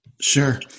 Sure